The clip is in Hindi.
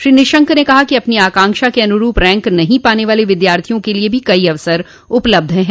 श्री निशक ने कहा कि अपनी आकांक्षा के अनुरूप रैंक नहीं पाने वाले विद्यार्थियों के लिए भी कई अवसर उपलब्ध हैं